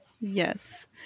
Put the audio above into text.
Yes